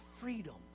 freedom